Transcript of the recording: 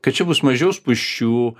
kad čia bus mažiau spūsčių